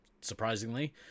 surprisingly